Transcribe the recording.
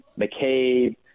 McCabe